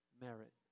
merit